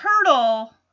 turtle